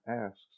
asks